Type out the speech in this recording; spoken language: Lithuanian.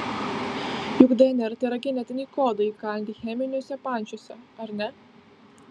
juk dnr tėra genetiniai kodai įkalinti cheminiuose pančiuose ar ne